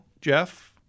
Jeff